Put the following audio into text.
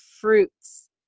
fruits